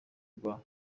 rwa